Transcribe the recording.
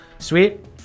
Sweet